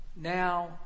now